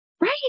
Right